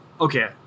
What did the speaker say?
Okay